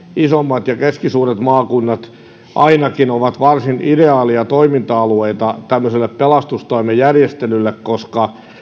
isommat ja keskisuuret maakunnat ovat varsin ideaaleja toiminta alueita tämmöiselle pelastustoimen järjestelylle koska